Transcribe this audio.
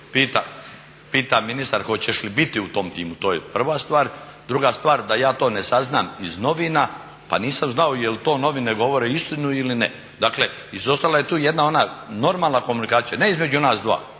pita ministar hoćeš li biti u tom timu, to je prva stvar. Druga stvar, da ja to ne saznam iz novina, pa nisam znao jel to novine govore istinu ili ne. Dakle izostala je tu jedna ona normalna komunikacija ne između nas dva,